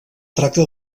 tracta